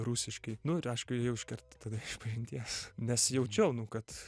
rusiškai nu ir aišku ėjau iškart tada išpažinties nes jaučiau nu kad